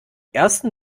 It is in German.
ersten